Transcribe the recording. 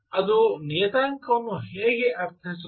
ಅದು ನಿಯತಾಂಕವನ್ನು ಹೇಗೆ ಅರ್ಥೈಸುತ್ತದೆ